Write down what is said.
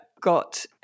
got